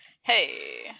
Hey